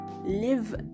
live